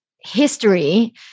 history